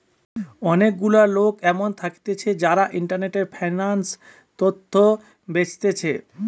অনেক গুলা লোক এমন থাকতিছে যারা ইন্টারনেটে ফিন্যান্স তথ্য বেচতিছে